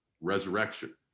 resurrection